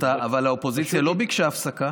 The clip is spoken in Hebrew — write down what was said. אבל האופוזיציה לא ביקשה הפסקה.